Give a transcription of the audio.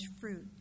fruit